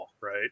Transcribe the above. right